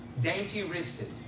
dainty-wristed